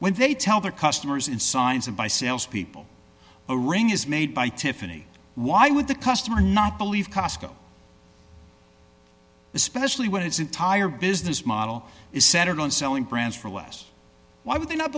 when they tell their customers in signs and by salespeople a ring is made by tiffany why would the customer not believe cosco especially when its entire business model is centered on selling brands for less why would they not